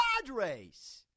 Padres